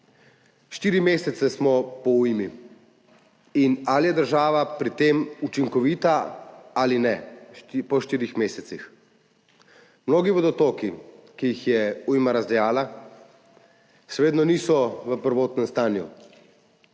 Štiri mesece smo po ujmi – ali je država pri tem učinkovita ali ne, po štirih mesecih? Mnogi vodotoki, ki jih je ujma razdejala, še vedno niso v prvotnem stanju.